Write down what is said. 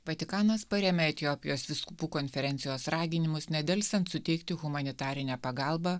vatikanas parėmė etiopijos vyskupų konferencijos raginimus nedelsiant suteikti humanitarinę pagalbą